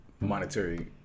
monetary